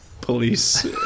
police